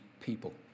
people